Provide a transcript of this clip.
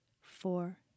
four